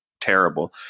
terrible